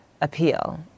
appeal